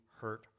hurt